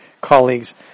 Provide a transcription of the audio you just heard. colleagues